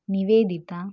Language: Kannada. ನಿವೇದಿತಾ